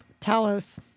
Talos